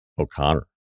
O'Connor